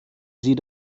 sie